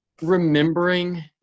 remembering